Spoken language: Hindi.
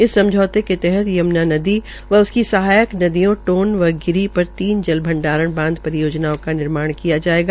इस समझौते के तहत यम्नानगर नदी व उसकी सहायक नदियों टोन व गिरी पर जल भंडारण बांध परियोजनाओ का निर्माण किया जायेगा